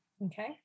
Okay